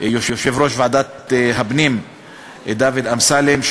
יושב-ראש ועדת הפנים דוד אמסלם,